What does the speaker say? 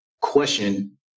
question